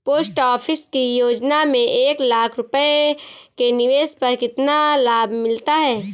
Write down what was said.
Post office की योजना में एक लाख रूपए के निवेश पर कितना लाभ मिलता है?